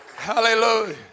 Hallelujah